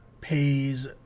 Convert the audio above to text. pays